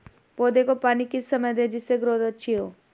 पौधे को पानी किस समय दें जिससे ग्रोथ अच्छी हो?